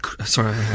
Sorry